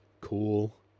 cool